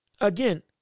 again